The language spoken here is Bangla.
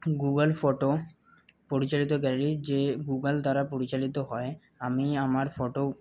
গুগল ফটো পরিচালিত গ্যালারি যে গুগল দ্বারা পরিচালিত হয় আমি আমার ফটো